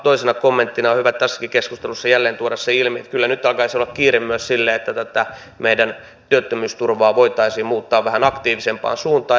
toisena kommenttina on hyvä tässäkin keskustelussa jälleen tuoda se ilmi että kyllä nyt alkaisi olla kiire myös sille että tätä meidän työttömyysturvaa voitaisiin muuttaa vähän aktiivisempaan suuntaan